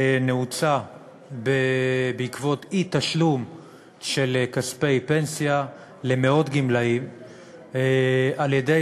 נעוצה באי-תשלום של כספי פנסיה למאות גמלאים על-ידי